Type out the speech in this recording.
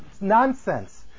nonsense